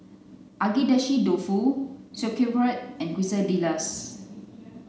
Agedashi Dofu Sauerkraut and Quesadillas